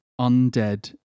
undead